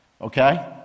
Okay